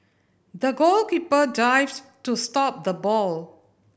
the goalkeeper dived to stop the ball